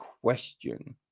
question